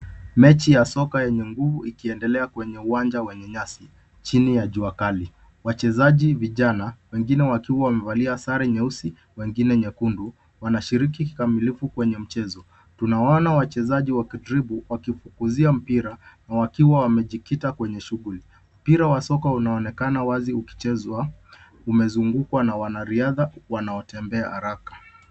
Mechi ya soka yenye nguvu ikiendelea kwenye uwanja wa nyasi chini ya jua kali, wachezaji vijana wengine wakiwa wamevalia sare nyeusi wengine nyekundu wanashiriki kikamilifu kwenye mchezo ,tunawaona wana wachezaji wakifukuzia mpira na wakiwa wamejikita kwenye shughuli ,mpira wa soko unaonekana wazi ukichezwa umezungukwa na wana riadha wanaotembea haraka.